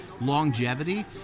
longevity